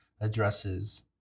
addresses